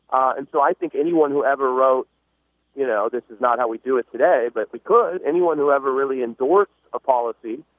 and so i think anyone will ever wrote you know this is not how we do it today but the good anyone who ever really into work a policy